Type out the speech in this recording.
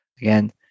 again